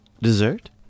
dessert